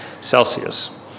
Celsius